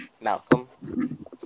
Malcolm